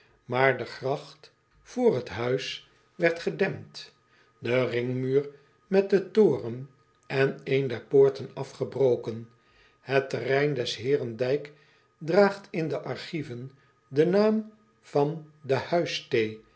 aar de gracht vr het huis werd gedempt de ringmuur met den toren en een der poorten afgebroken et terrein des heeren ijk draagt in de archieven den naam van de